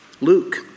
Luke